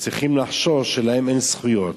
שצריכים לחשוש שלהם אין זכויות.